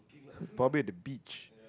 probably at the beach